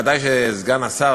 ודאי שסגן השר,